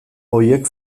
horiek